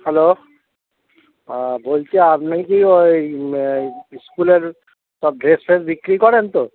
hello বলছি আপনি কি ওই স্কুলের সব ড্রেস ফ্রেস বিক্রি করেন তো